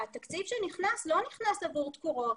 התקציב שנכנס לא נכנס עבור תקורות,